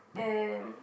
and